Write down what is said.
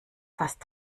fast